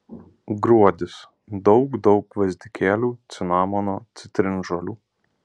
gruodis daug daug gvazdikėlių cinamono citrinžolių